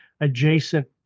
adjacent